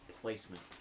placement